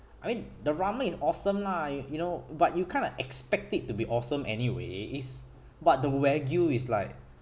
I mean the ramen is awesome lah you you know but you kind of expect it to be awesome anyway is but the wagyu is like